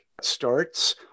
starts